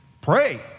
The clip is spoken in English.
Pray